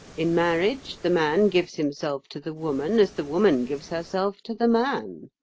in marriage, the man gives himself to the woman as the woman gives herself to the man.